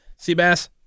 Seabass